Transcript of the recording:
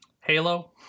Halo